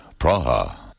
Praha